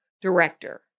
director